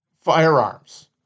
firearms